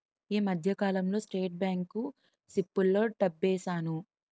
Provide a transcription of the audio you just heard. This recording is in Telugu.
ఈ మధ్యకాలంలో స్టేట్ బ్యాంకు సిప్పుల్లో డబ్బేశాను